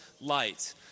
light